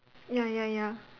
ya ya ya